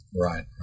Right